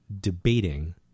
debating